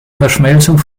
verschmelzung